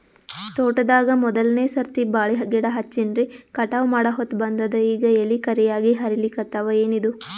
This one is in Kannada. ತೋಟದಾಗ ಮೋದಲನೆ ಸರ್ತಿ ಬಾಳಿ ಗಿಡ ಹಚ್ಚಿನ್ರಿ, ಕಟಾವ ಮಾಡಹೊತ್ತ ಬಂದದ ಈಗ ಎಲಿ ಕರಿಯಾಗಿ ಹರಿಲಿಕತ್ತಾವ, ಏನಿದು?